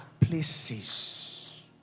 places